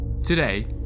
Today